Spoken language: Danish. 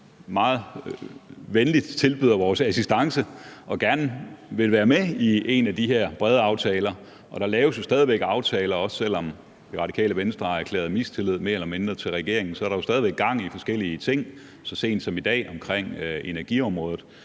tilbyder vores assistance og gerne vil være med i en af de her brede aftaler. Der laves jo stadig væk aftaler, også selv om Det Radikale Venstre mere eller mindre har erklæret mistillid til regeringen. Der er jo stadig væk gang i forskellige ting – så sent som